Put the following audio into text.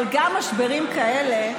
אבל גם משברים כאלה,